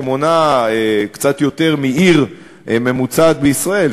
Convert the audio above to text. שמונה קצת יותר מעיר ממוצעת בישראל,